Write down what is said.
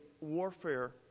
warfare